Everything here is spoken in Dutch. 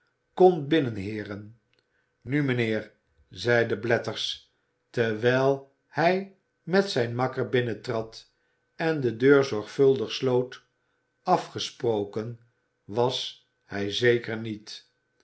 komt binnen heeren nu mijnheer zeide blathers terwijl hij met zijn makker binnentrad en de deur zorgvuldig sloot afgesproken was hij zeker niet